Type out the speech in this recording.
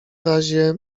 razie